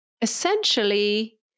essentially